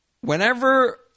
whenever